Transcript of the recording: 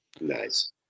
Nice